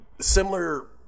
similar